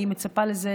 אני מצפה לזה